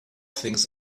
things